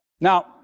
Now